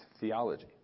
theology